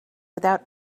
without